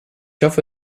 hoffe